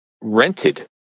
rented